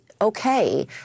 okay